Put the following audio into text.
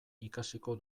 ikasiko